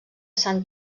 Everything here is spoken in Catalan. sant